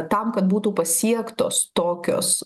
tam kad būtų pasiektos tokios